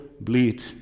bleed